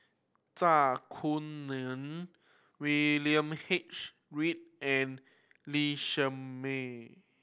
Zai Kuning William H Read and Lee Shermay